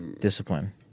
discipline